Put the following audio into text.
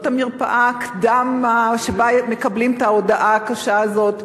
לא את המרפאה שבה מקבלים את ההודעה הקשה הזאת,